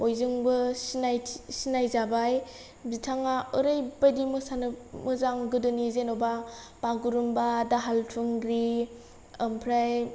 बयजोंबो सिनायथि सिनाय जाबाय बिथाङा ओरैबायदि मोसानो मोजां गोदोनि जेन'बा बागुरुमबा दाहाल थुंग्रि ओमफ्राय